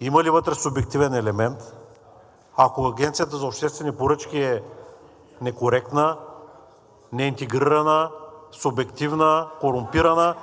има ли вътре субективен елемент. Ако Агенцията по обществени поръчки е некоректна, неинтегрирана, субективна, корумпирана,